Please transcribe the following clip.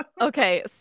Okay